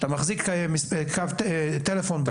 שאתה מחזיק קו טלפון ביד,